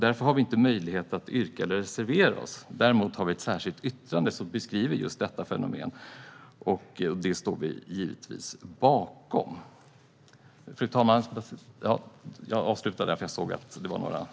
Därför har vi inte möjlighet att yrka eller reservera oss. Däremot har vi ett särskilt yttrande som beskriver just detta fenomen, och det står vi givetvis bakom. Fru talman! Jag avslutar där, för jag såg att det fanns några frågor.